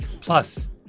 Plus